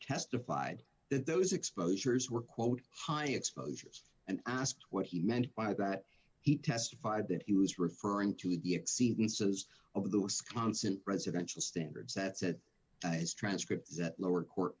testified that those exposures were quote high exposures and asked what he meant by that he testified that he was referring to the exceeding says of the wisconsin presidential standards that said as transcripts that lower court